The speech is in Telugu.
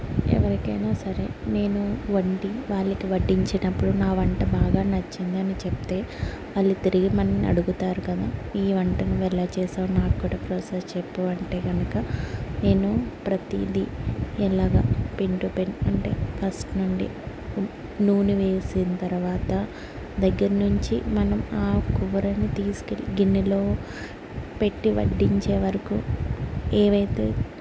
ఎవరికైనా సరే నేను వండి వాళ్ళకి వడ్డించినప్పుడు నా వంట బాగా నచ్చింది అని చెప్తే వాళ్ళు తిరిగి మనల్ని అడుగుతారు కదా ఈ వంట మీరెలా చేశారు నాక్కూడా ప్రాసెస్ చెప్పవా అంటే గనుక నేను ప్రతిదీ ఎలాగా పిన్ టు పిన్ అంటే ఫస్ట్ నుండి నూనె వేసిన తర్వాత దగ్గర్నుంచి మనం ఆ కూరని తీసుకెళ్ళి గిన్నెలో పెట్టి వడ్డించేవరకు ఏవైతే